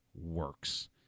works